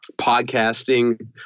podcasting